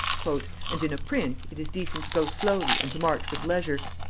and in a prince it is decent to go slowly and to march with leisure,